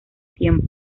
tiempo